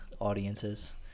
audiences